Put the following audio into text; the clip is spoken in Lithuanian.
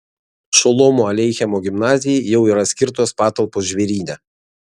šolomo aleichemo gimnazijai jau yra skirtos patalpos žvėryne